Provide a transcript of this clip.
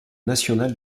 national